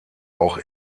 auch